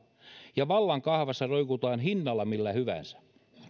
ja vallankahvassa roikutaan hinnalla millä hyvänsä